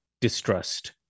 distrust